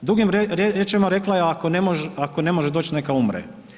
Drugim riječima, rekla je ako ne može doć, neka umre.